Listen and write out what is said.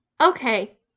Okay